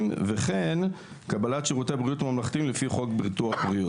וכן קבלת שירותי בריאות ממלכתיים לפי חוק בריאות.